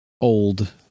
old